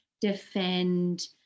defend